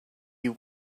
you